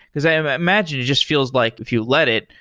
because i imagine, it just feels like if you let it,